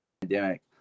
pandemic